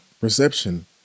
reception